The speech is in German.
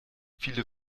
viele